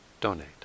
donate